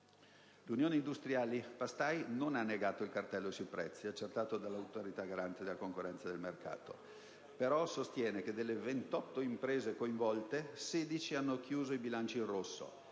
L'Unione industriali pastai non ha negato il cartello sui prezzi accertato dall'Autorità garante della concorrenza e del mercato, però sostiene che delle 28 imprese coinvolte 16 hanno chiuso i bilanci in rosso: